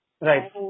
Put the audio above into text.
Right